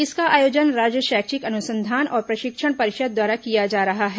इसका आयोजन राज्य शैक्षिक अनुसंधान और प्रशिक्षण परिषद द्वारा किया जा रहा है